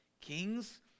kings